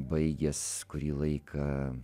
baigęs kurį laiką